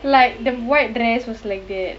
like the white dress was like that